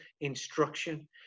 instruction